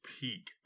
peak